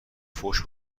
فحش